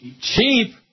Cheap